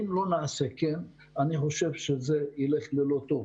אם לא נעשה כן זה ילך לכיוון לא טוב.